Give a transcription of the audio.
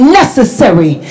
necessary